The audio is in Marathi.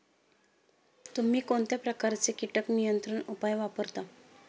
तुम्ही कोणत्या प्रकारचे कीटक नियंत्रण उपाय वापरता?